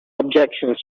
objections